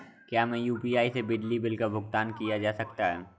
क्या यू.पी.आई से बिजली बिल का भुगतान किया जा सकता है?